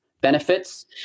benefits